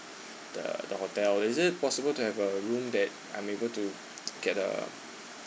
the the hotel is it possible to have a room that I'm able to get the